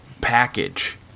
package